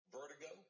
Vertigo